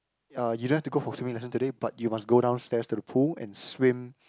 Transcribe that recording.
uh you don't have to go for swimming lesson today but you must go downstairs to the pool and swim